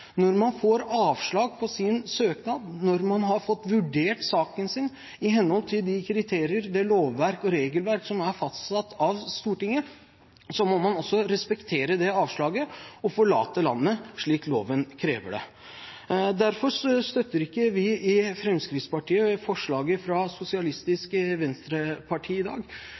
Når man får avslag på sin søknad, når man har fått vurdert saken sin i henhold til de kriterier, det lovverk og regelverk som er fastsatt av Stortinget, må man også respektere det avslaget og forlate landet, slik loven krever. Derfor støtter ikke vi i Fremskrittspartiet forslaget fra Sosialistisk Venstreparti i dag.